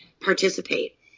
participate